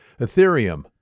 Ethereum